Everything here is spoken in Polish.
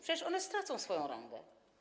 Przecież one stracą swoją rangę.